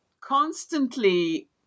constantly